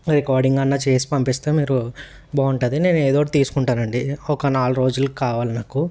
recording అన్నా చేసి పంపిస్తే మీరు బాగుంటుంది నేను ఏదోఒకటి తీసుకుంటానండి ఒక నాలుగు రోజులకి కావాలి నాకు